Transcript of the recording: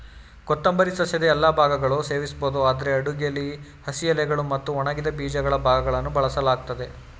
ಕೊತ್ತಂಬರಿ ಸಸ್ಯದ ಎಲ್ಲಾ ಭಾಗಗಳು ಸೇವಿಸ್ಬೋದು ಆದ್ರೆ ಅಡುಗೆಲಿ ಹಸಿ ಎಲೆಗಳು ಮತ್ತು ಒಣಗಿದ ಬೀಜಗಳ ಭಾಗಗಳನ್ನು ಬಳಸಲಾಗ್ತದೆ